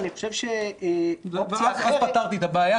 אבל אני חושב שאופציה אחרת --- ואז פתרתי את הבעיה,